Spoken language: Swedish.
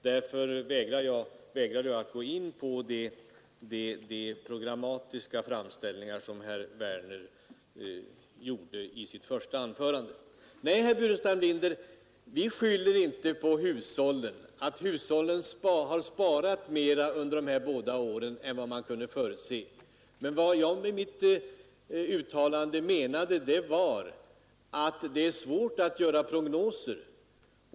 Därför vägrar jag att gå in på de programmatiska framställningar som herr Werner gjorde i sitt första anförande. Nej, herr Burenstam Linder, vi riktar inte anmärkning mot hushållen för att de sparat mera under dessa båda år än vad man kunde förutse. Vad jag med mitt uttalande menade var att det är svårt att göra prognoser.